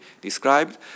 described